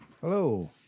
Hello